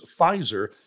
Pfizer